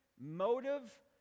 motive